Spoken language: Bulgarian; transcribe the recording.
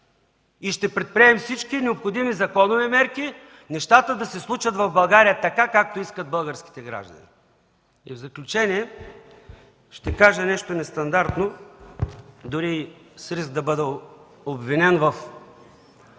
Ще предприемем всички необходими законови мерки нещата в България да се случват така, както искат българските граждани. В заключение ще кажа нещо нестандартно, дори и с риск да бъда обвинен в